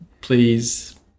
please